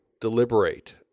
deliberate